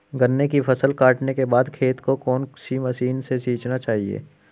गन्ने की फसल काटने के बाद खेत को कौन सी मशीन से सींचना चाहिये?